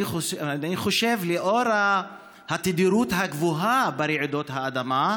אני חושב שלאור התדירות הגבוהה של רעידות האדמה,